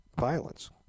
violence